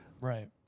Right